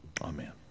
Amen